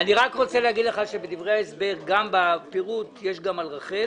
אני רק רוצה להגיד לך שבדברי ההסבר גם בפירוט יש גם על רח"ל.